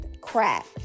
crap